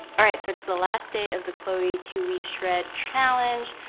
alright, so it's the last day of the chloe two week shred challenge.